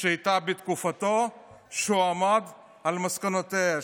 שהייתה בתקופתו שהוא עמד על מסקנותיה,